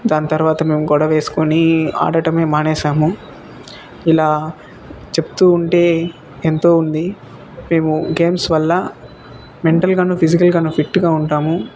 దాని తర్వాత మేము గొడవ వేసుకొని ఆడటం మానేసాము ఇలా చెప్తు ఉంటే ఎంతో ఉంది మేము గేమ్స్ వల్ల మెంటల్గాను ఫిజికల్గాను ఫిట్గా ఉంటాము